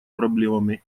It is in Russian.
проблемами